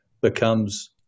becomes